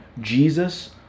Jesus